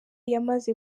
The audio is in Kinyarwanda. yamaze